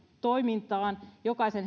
toimintaan jokaisen